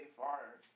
fire